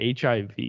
HIV